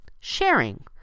sharing